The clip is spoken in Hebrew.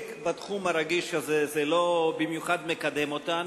בתחום הרגיש הזה זה לא במיוחד מקדם אותנו.